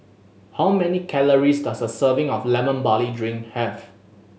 how many calories does a serving of Lemon Barley Drink have